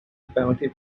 bounty